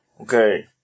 Okay